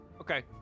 Okay